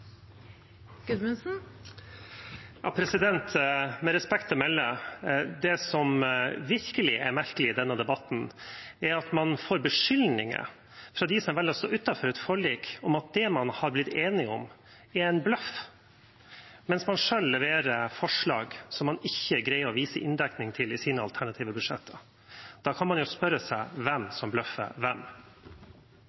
merkelig i denne debatten, er at man får beskyldninger fra dem som velger å stå utenfor et forlik, om at det man har blitt enige om, er en bløff, mens man selv leverer forslag som man ikke greier å vise inndekning for i sine alternative budsjetter. Da kan man jo spørre seg hvem